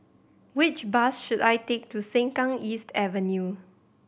which bus should I take to Sengkang East Avenue